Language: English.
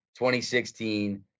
2016